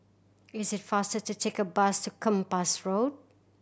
is it faster to take the bus to Kempas Road